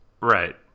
Right